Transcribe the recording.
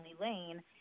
lane